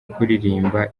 kuririmba